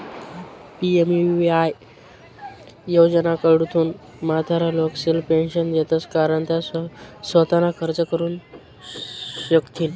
PMVVY योजनाकडथून म्हातारा लोकेसले पेंशन देतंस कारण त्या सोताना खर्च करू शकथीन